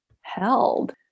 held